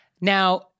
Now